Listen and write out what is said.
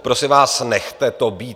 Prosím vás, nechte to být.